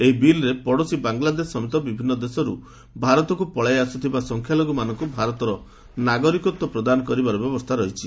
ଏହି ବିଲ୍ରେ ପଡ଼ୋଶୀ ବାଂଲାଦେଶ ସମେତ ବିଭିନ୍ନ ଦେଶରୁ ଭାରତକୁ ପଳାଇଆସୁଥିବା ସଂଖ୍ୟାଲଘୁମାନଙ୍କୁ ଭାରତର ନାଗରିକତ୍ୱ ପ୍ରଦାନ କରିବାର ବ୍ୟବସ୍ଥା ରହିଛି